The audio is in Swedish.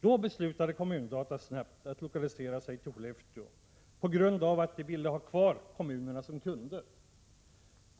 Då beslutade Kommun-Data snabbt att lokalisera sig till Skellefteå, på grund av att de ville ha kvar kommunerna som kunder.